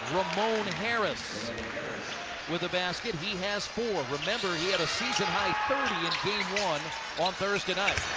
ramon harris with the basket. he has four. remember he had a season high thirty in game one on thursday night.